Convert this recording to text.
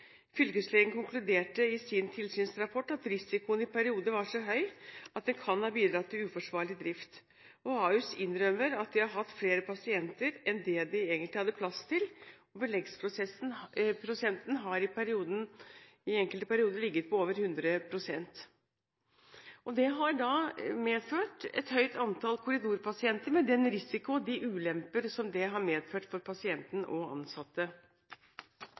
Fylkeslegen konkluderte i sin tilsynsrapport med at risikoen i perioder har vært så høy at det kan ha bidratt til uforsvarlig drift. Ahus innrømmer at de har hatt flere pasienter enn de egentlig hadde plass til, og beleggsprosenten har i enkelte perioder ligget på over 100. Det har da medført et høyt antall korridorpasienter, med den risiko og de ulemper det har ført til for pasienter og ansatte.